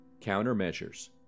Countermeasures